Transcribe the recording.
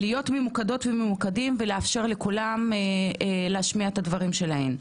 להיות ממוקדות וממוקדים ולאפשר לכולם להשמיע את הדברים שלהם.